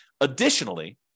Additionally